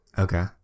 Okay